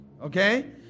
okay